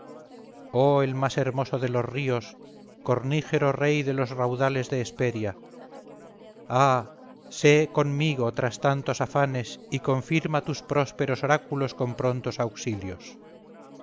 oh el más hermoso de los ríos cornígero rey de los raudales de hesperia ah sé conmigo tras tantos afanes y confirma tus prósperos oráculos con prontos auxilios